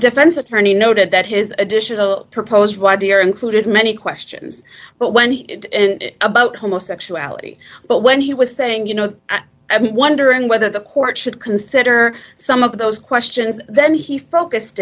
defense attorney noted that his additional proposed the idea included many questions but when he and about homosexuality but when he was saying you know i mean wondering whether the court should consider some of those questions then he focused